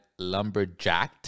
Lumberjacked